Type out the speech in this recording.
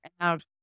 out